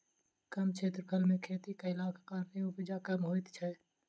कम क्षेत्रफल मे खेती कयलाक कारणेँ उपजा कम होइत छै